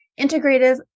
integrative